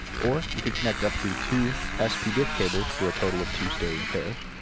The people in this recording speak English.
or you can connect up to two s pdif cables, for a total of two stereo pairs.